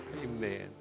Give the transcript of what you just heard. Amen